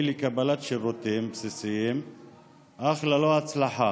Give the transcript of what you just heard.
לקבלת שירותים בסיסיים אך ללא הצלחה.